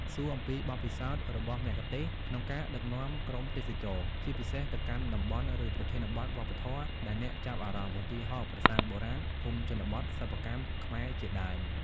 សួរអំពី បទពិសោធន៍ របស់មគ្គុទ្ទេសក៍ក្នុងការដឹកនាំក្រុមទេសចរ ជាពិសេសទៅកាន់តំបន់ ឬប្រធានបទវប្បធម៌ដែលអ្នកចាប់អារម្មណ៍ ឧទាហរណ៍ ប្រាសាទបុរាណ ភូមិជនបទ សិប្បកម្មខ្មែរជាដើម។